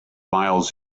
miles